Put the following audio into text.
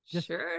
Sure